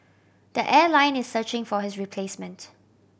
the airline is searching for his replacement